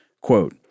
Quote